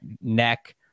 neck